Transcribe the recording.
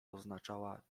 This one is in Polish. oznaczała